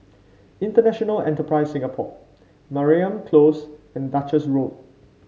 International Enterprise Singapore Mariam Close and Duchess Road